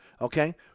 okay